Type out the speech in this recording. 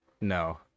No